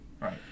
right